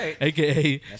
aka